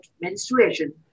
menstruation